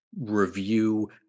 review